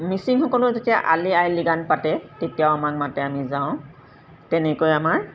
মিচিংসকলেও যেতিয়া আলি আই লিগাং পাতে তেতিয়াও আমাক মাতে আমি যাওঁ তেনেকৈ আমাৰ